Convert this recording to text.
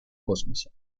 космосе